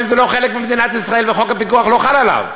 זה לא חלק ממדינת ישראל וחוק הפיקוח לא חל שם,